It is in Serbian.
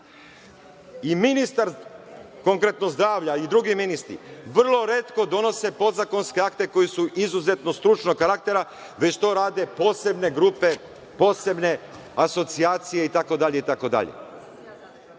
Ministar, konkretno zdravlja, i drugi ministri, vrlo retko donose podzakonske akte koji su izuzetno stručnog karaktera, već to rade posebne grupe, posebne asocijacije itd,